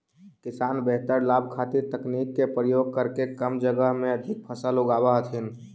किसान बेहतर लाभ खातीर तकनीक के प्रयोग करके कम जगह में भी अधिक फसल उगाब हथिन